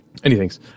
Anythings